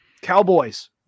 Cowboys